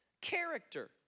character